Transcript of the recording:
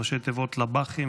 בראשי תיבות לב"חים,